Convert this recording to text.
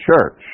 church